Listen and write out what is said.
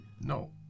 no